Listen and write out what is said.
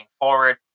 forward